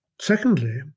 Secondly